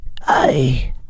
I